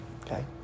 okay